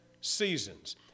seasons